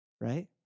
right